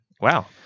wow